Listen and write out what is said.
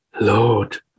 Lord